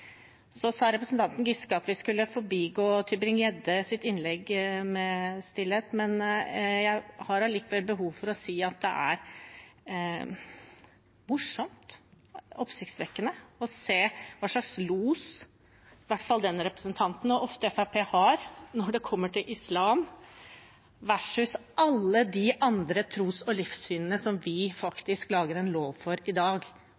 Representanten Giske sa at vi skulle forbigå representanten Tybring-Gjeddes innlegg i stillhet, men jeg har behov for å si at det er morsomt, oppsiktsvekkende, å se hva slags los i hvert fall den representanten, og ofte Fremskrittspartiet, har når det kommer til islam versus alle de andre tros- og livssynene som vi faktisk lager en lov for i dag